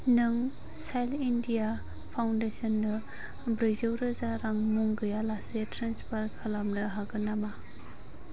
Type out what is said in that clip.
नों child India फाउन्डेसन्नो ब्रैजौ रोजा रां मुं गैयालासै ट्रेन्सफार खालामनो हागोन नामा